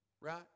right